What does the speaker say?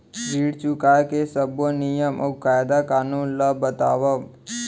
ऋण चुकाए के सब्बो नियम अऊ कायदे कानून ला बतावव